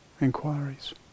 inquiries